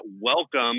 welcome